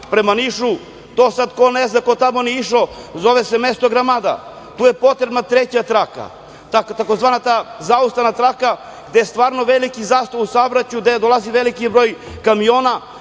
prema Nišu, to sad ko ne zna, ko nije išao, zove se mesto Gramada, tu je potrebna treća traka, tzv. zaustavna traka. Tu je stvarno veliki zastoj u saobraćaju, gde dolazi veliki broj kamiona,